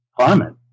climate